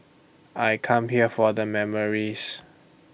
I come here for the memories